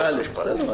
בסדר.